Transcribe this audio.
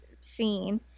scene